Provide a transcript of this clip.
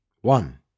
one